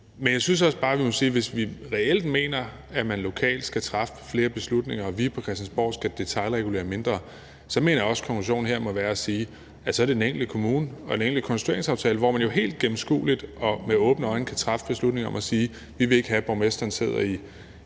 Men jeg synes også bare, vi må sige, at hvis vi reelt mener, at man lokalt skal træffe flere beslutninger, og at vi på Christiansborg skal detailregulere mindre, så mener jeg også konklusionen her må være at sige, at så er det den enkelte kommune og den enkelte konstitueringsaftale, hvor man jo helt gennemskueligt og med åbne øjne kan træffe beslutningen om at sige: Vi vil ikke have borgmesteren sidder i